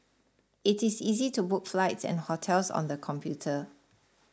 it is easy to book flights and hotels on the computer